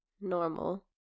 normal